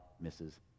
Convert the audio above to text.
misses